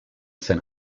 saint